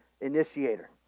initiator